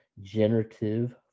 generative